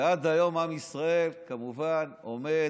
ועד היום עם ישראל כמובן עומד,